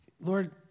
Lord